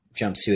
jumpsuit